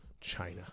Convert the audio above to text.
China